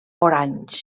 orange